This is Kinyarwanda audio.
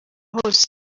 hose